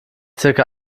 circa